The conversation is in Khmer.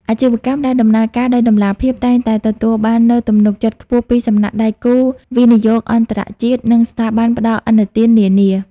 អាជីវកម្មដែលដំណើរការដោយតម្លាភាព តែងតែទទួលបាននូវទំនុកចិត្តខ្ពស់ពីសំណាក់ដៃគូវិនិយោគអន្តរជាតិ និងស្ថាប័នផ្ដល់ឥណទាននានា។